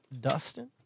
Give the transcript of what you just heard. Dustin